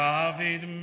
David